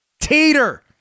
Teeter